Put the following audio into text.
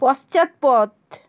পশ্চাৎপদ